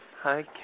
Hi